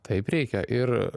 taip reikia ir